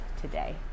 today